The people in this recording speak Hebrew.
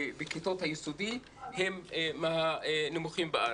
בכיתות היסודי הם מהנמוכים בארץ.